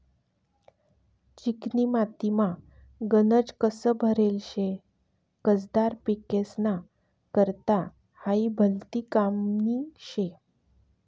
चिकनी मातीमा गनज कस भरेल शे, कसदार पिकेस्ना करता हायी भलती कामनी शे